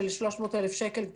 סכום של 300,000 שקלים,